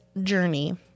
journey